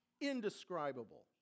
indescribable